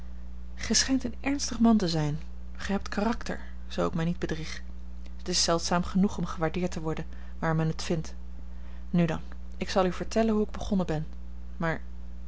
schijnt een ernstig man te zijn gij hebt karakter zoo ik mij niet bedrieg het is zeldzaam genoeg om gewaardeerd te worden waar men het vindt nu dan ik zal u vertellen hoe ik begonnen ben maar